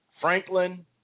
Franklin